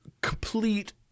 complete